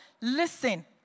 Listen